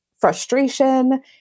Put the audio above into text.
frustration